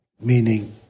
meaning